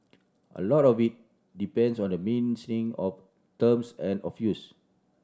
a lot of it depends on the mean thing of terms and of use